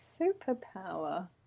superpower